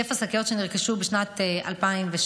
היקף השקיות שנרכשו בשנת 2016,